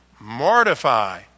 Mortify